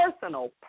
personal